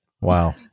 Wow